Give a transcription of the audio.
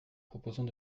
proposons